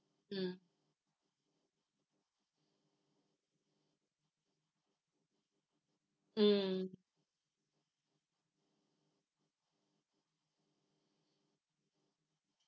mm mm